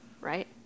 right